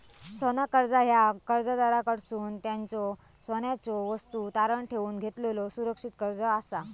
सोना कर्जा ह्या कर्जदाराकडसून त्यांच्यो सोन्याच्यो वस्तू तारण ठेवून घेतलेलो सुरक्षित कर्जा असा